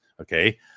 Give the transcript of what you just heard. okay